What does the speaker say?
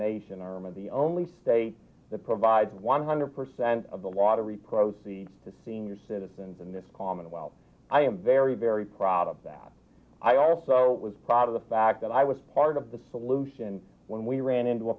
nation arm of the only state that provides one hundred percent of the lottery proceeds to senior citizens in this commonwealth i am very very proud of that i also was proud of the fact that i was part of the solution when we ran into a